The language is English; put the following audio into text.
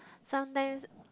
sometimes